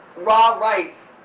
ra writes,